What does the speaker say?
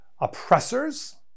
Oppressors